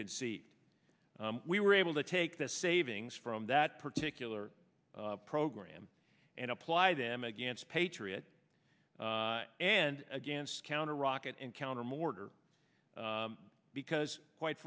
could see we were able to take the savings from that particular program and apply them against patriot and against counter rocket and counter mortar because quite